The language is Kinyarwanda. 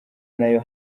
nayo